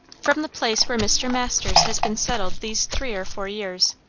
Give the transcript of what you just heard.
from the place where mr. masters has been settled these three or four years.